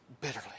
bitterly